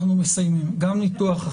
אני מבקש לדעת